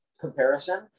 comparison